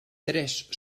tres